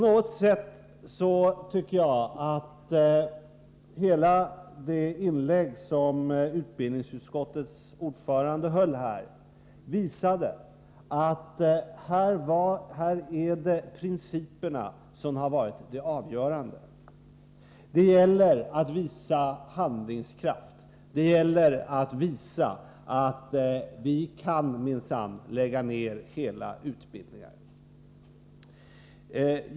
Jag tycker att hela det inlägg som utbildningsutskottets ordförande höll på något sätt visade att här är det principerna som är avgörande. Det gäller att visa handlingskraft. Det gäller att visa att ”vi kan minsann lägga ned hela utbildningen”.